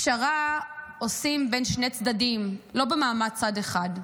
פשרה עושים בין שני צדדים, לא במעמד צד אחד.